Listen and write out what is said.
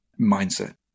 mindset